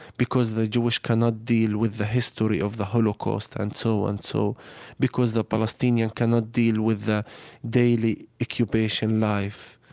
because the jewish cannot deal with the history of the holocaust and so on, and so because the palestinian cannot deal with the daily occupation life.